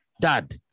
dad